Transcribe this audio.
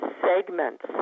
segments